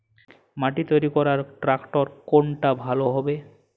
মাটি তৈরি করার ট্রাক্টর কোনটা ভালো হবে?